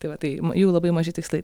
tai va tai jų labai maži tikslai